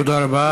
תודה רבה.